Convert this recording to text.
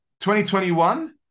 2021